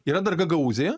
yra dar gagaūzija